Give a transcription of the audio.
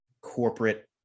corporate